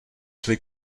šli